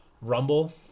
rumble